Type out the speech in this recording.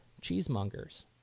cheesemongers